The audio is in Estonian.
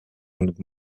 olnud